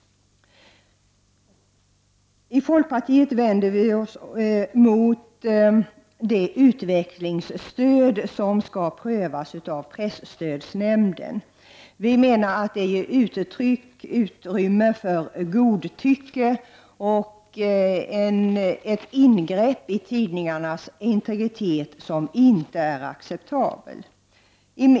I folkpartiet vänder vi oss mot det utvecklingsstöd som skall prövas av presstödsnämnden. Vi menar att det ger utrymme för godtycke och innebär ett ingrepp i tidningarnas integritet som inte är acceptabelt.